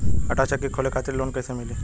आटा चक्की खोले खातिर लोन कैसे मिली?